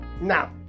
Now